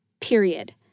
period